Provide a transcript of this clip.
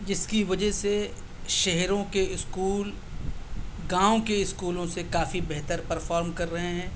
جس کی وجہ سے شہروں کے اِسکول گاؤں کے اِسکولوں سے کافی بہتر پرفارم کر رہے ہیں